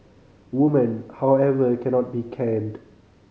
women however cannot be caned